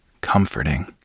comforting